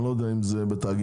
אני לא יודע אם זה בתאגידים,